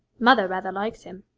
mother rather likes him.